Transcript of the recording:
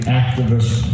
activist